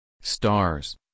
Stars